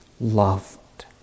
loved